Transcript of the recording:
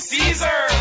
Caesar